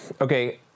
okay